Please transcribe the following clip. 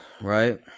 right